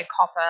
copper